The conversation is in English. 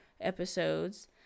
episodes